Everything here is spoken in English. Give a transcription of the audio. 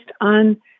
on